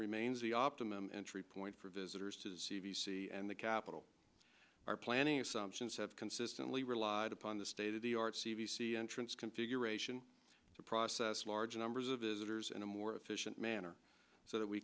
remains the optimum entry point for visitors to the c d c and the capitol are planning assumptions have consistently relied upon the state of the art c b c entrance configuration to process large numbers of litters in a more efficient manner so that we